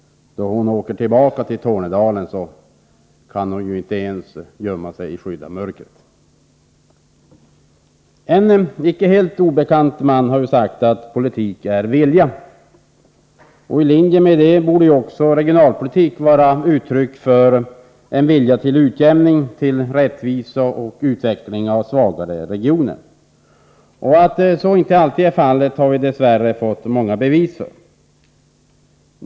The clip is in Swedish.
Då hon åker tillbaka till Tornedalen kan hon ju inte ens gömma sig i skydd av mörkret. En icke helt obekant man har sagt att ”politik är att vilja”. I linje med detta borde regionalpolitik vara uttryck för en vilja till utjämning, rättvisa och utveckling av svagare regioner. Att så inte är fallet har vi dess värre många bevis på.